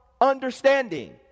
understanding